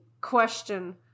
question